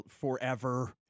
forever